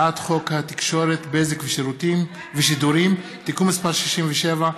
הצעת חוק התקשורת (בזק ושידורים) (תיקון מס' 67),